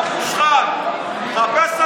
להקריב מדינה